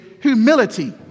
humility